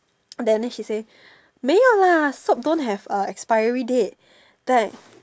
then she say 没有啦 soap don't have uh expiry date then I